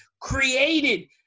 created